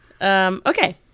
Okay